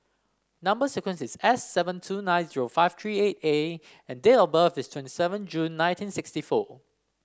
number sequence is S seven two nine zero five three eight A and date of birth is twenty seven June nineteen sixty four